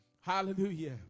Hallelujah